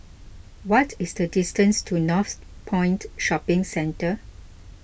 what is the distance to Northpoint Shopping Centre